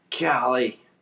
golly